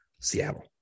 Seattle